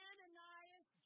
Ananias